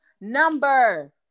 number